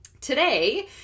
Today